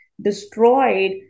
destroyed